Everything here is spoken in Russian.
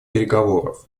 переговоров